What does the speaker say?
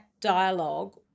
dialogue